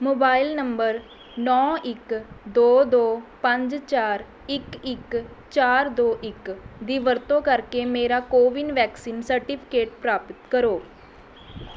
number ਨੌ ਇੱਕ ਦੋ ਦੋੋ ਪੰਜ ਚਾਰ ਇੱਕ ਇੱਕ ਚਾਰ ਦੋ ਇੱਕ ਦੀ ਵਰਤੋਂ ਕਰਕੇ ਮੇਰਾ ਕੋਵਿਨ ਕੋਵਿਨ ਵੈਕਸੀਨ ਸਰਟੀਫਿਕੇਟ ਪ੍ਰਾਪਤ ਕਰੋ